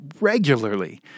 regularly